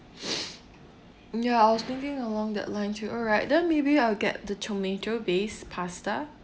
mm ya I was thinking along that line to alright then maybe I'll get the tomato-based pasta